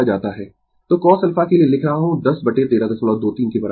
तो cosα के लिए लिख रहा हूँ 10 1323 के बराबर है